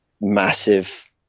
massive